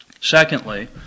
Secondly